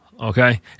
okay